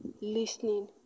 listening